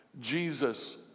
Jesus